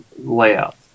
layout